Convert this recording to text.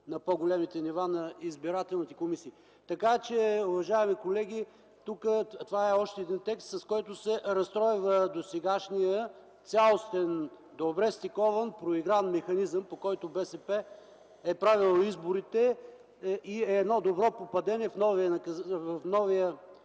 на по-големите нива на избирателните комисии. Уважаеми колеги, това е още един текст, с който се разстройва досегашният цялостен, добре стикован, проигран механизъм, по който БСП е правел изборите. Това е едно добро попадение в новия